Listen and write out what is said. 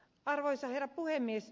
arvoisa herra puhemies